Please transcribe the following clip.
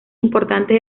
importantes